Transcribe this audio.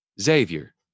Xavier